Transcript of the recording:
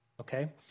Okay